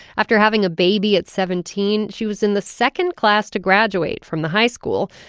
after having a baby at seventeen, she was in the second class to graduate from the high school.